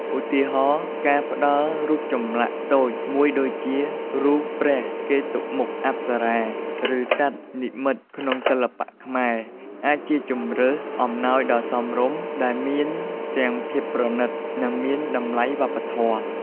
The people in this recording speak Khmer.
ឧទាហរណ៍ ការផ្តល់រូបចម្លាក់តូចមួយដូចជារូបព្រះកេតុមុខ អប្សរា ឬសត្វនិមិត្តក្នុងសិល្បៈខ្មែរអាចជាជម្រើសអំណោយដ៏សមរម្យ ដែលមានទាំងភាពប្រណិត និងមានតម្លៃវប្បធម៌។